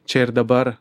čia ir dabar